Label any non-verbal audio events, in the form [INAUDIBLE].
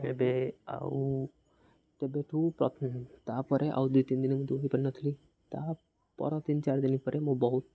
ଏବେ ଆଉ ତବେଠୁ [UNINTELLIGIBLE] ତାପରେ ଆଉ ଦି ତିନି ଦିନ ମୁଁ ଦୌଡ଼ି ପାରିନଥିଲି ତାପରେ ତିନି ଚାରି ଦିନ ପରେ ମୁଁ ବହୁତ